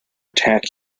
attack